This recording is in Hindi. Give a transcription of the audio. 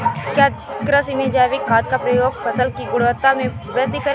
क्या कृषि में जैविक खाद का प्रयोग फसल की गुणवत्ता में वृद्धि करेगा?